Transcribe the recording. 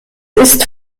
ist